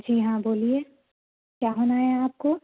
جی ہاں بولیے کیا ہونا ہے آپ کو